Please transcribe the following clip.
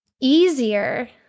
easier